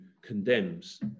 condemns